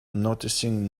noticing